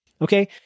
Okay